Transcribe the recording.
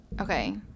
Okay